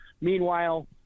Meanwhile